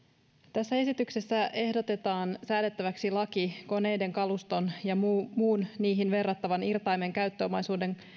tässä esityksessä ehdotetaan säädettäväksi laki koneiden kaluston ja muun niihin verrattavan irtaimen käyttöomaisuuden